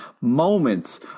moments